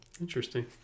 interesting